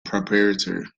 proprietor